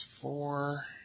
four